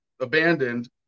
abandoned